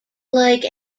lake